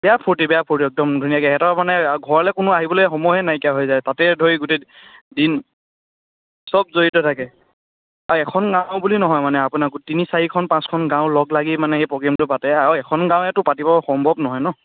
বেয়া ফূৰ্তি বেয়া ফূৰ্তি একদম ধুনীয়াকৈ সিহঁতৰ মানে ঘৰলৈ কোনো আহিবলৈ সময়ে নাইকিয়া হৈ যায় তাতেই ধৰি গোটেই দিন চব জড়িত থাকে আৰু এখন গাঁও বুলি নহয় মানে আপোনাৰ তিনি চাৰিখন পাঁচখন গাঁও লগ লাগি মানে এই প্ৰগ্ৰেমটো পাতে আৰু এখন গাঁৱেটো পাতিব সম্ভৱ নহয় ন